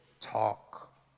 talk